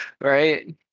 right